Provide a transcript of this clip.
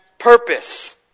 Purpose